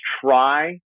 try